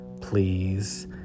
please